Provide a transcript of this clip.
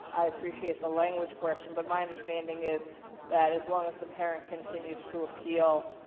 i appreciate the language portion but my understanding is that, as long as the parent continues to appeal,